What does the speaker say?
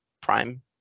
Prime